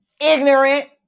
Ignorant